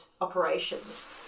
operations